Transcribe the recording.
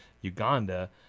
Uganda